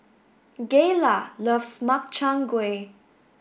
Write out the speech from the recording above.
Gayla loves Makchang gui